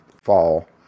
fall